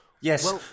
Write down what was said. Yes